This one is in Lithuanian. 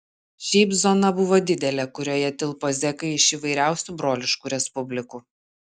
šiaip zona buvo didelė kurioje tilpo zekai iš įvairiausių broliškų respublikų